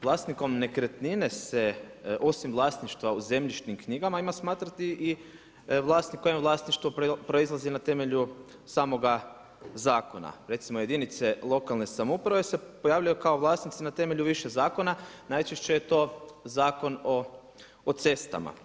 Vlasnikom nekretnine se osim vlasništva u zemljišnim knjigama ima smatrati i vlasnik kojemu vlasništvo proizlazi na temelju samoga zakona, recimo jedinice lokalne samouprave se pojavljuju kao vlasnici na temelju više zakona, najčešće je to Zakon o cestama.